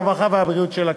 הרווחה והבריאות של הכנסת.